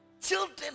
children